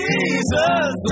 Jesus